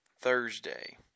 Thursday